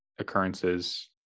Occurrences